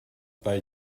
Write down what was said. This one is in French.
pas